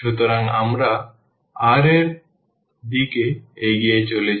সুতরাং আমরা r এর দিকে এগিয়ে চলেছি